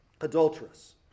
Adulterous